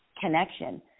connection